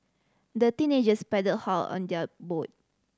the teenagers paddled hard on their boat